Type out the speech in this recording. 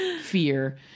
fear